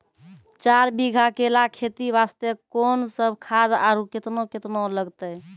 चार बीघा केला खेती वास्ते कोंन सब खाद आरु केतना केतना लगतै?